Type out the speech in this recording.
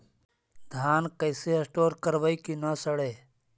धान कैसे स्टोर करवई कि न सड़ै?